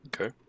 Okay